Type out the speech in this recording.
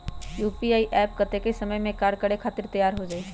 UPI app कतेइक समय मे कार्य करे खातीर तैयार हो जाई?